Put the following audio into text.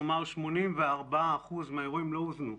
כלומר, 84 אחוזים מהאירועים לא הוזנו.